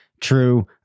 true